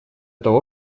это